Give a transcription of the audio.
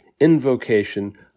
invocation